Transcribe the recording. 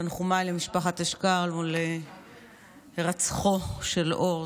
תנחומיי למשפחת אשכר על הירצחו של אור,